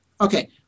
Okay